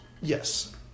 Yes